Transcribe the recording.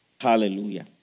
Hallelujah